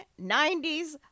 90s